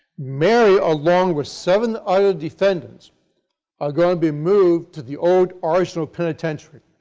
mary along with seven other defendants are going to be moved to the old arsenal penitentiary,